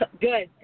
Good